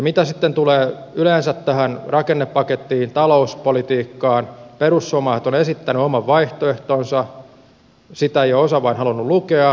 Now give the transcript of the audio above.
mitä sitten tulee yleensä tähän rakennepakettiin talouspolitiikkaan perussuomalaiset ovat esittäneet oman vaihtoehtonsa sitä ei vain osa ole halunnut lukea